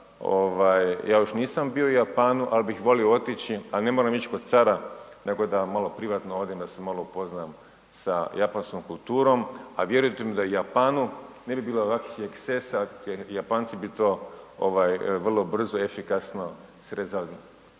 ja još nisam bio u Japanu, ali bih volio otići. Ali ne moram ići kod cara nego da malo privatno odem, da se malo upoznam sa japanskom kulturom, a vjerujte mi da u Japanu ne bi bilo ovakvih ekscesa jer Japanci bi to vrlo brzo i efikasno srezali.